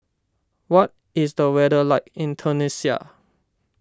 what is the weather like in Tunisia